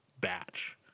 batch